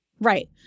Right